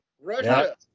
Russia